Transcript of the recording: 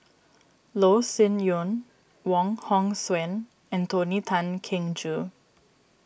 Loh Sin Yun Wong Hong Suen and Tony Tan Keng Joo